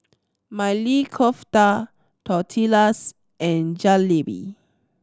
Maili Kofta Tortillas and Jalebi